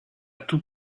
tout